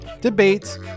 debates